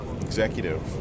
executive